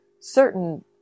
certain